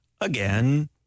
again